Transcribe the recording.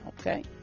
okay